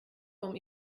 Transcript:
vom